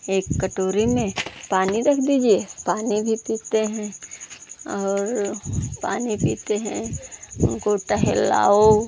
एक कटोरी में पानी रख दीजिए पानी भी पीते हैं और पानी पीते हैं उनको टहलाओ